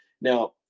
Now